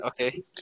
Okay